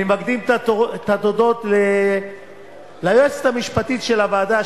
אני מקדים את התודות ליועצת המשפטית של הוועדה,